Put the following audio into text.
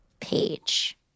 page